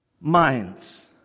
Minds